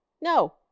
No